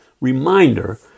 reminder